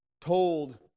told